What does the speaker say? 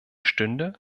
stünde